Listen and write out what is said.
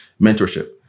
mentorship